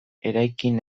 eraikin